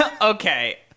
Okay